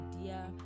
idea